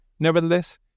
Nevertheless